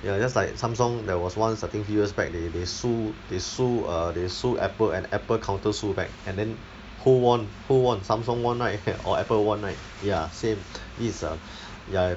ya just like Samsung there was once I think few years back they they sue they sue err they sue Apple and Apple counter sue back and then who won who won Samsung won right or Apple won right ya same this is ya